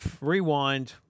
Rewind